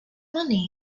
money